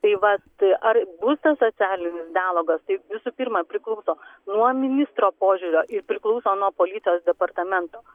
tai vat ar bus tas socialinis dialogas tai visų pirma priklauso nuo ministro požiūrio ir priklauso nuo policijos departamento